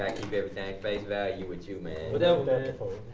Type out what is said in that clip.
keep everything face value with you man. whatever man.